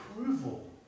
approval